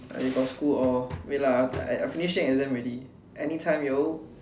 I got school or wait lah I finishing exam already anytime yo